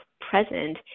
present